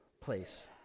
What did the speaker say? place